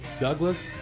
Douglas